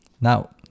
Now